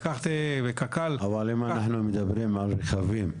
אבל אם אנחנו מדברים על רכבים?